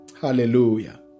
hallelujah